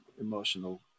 emotional